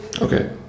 Okay